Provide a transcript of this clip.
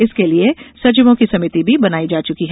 इसके लिए सचिवों की समिति भी बनाई जा चुकी है